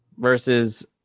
versus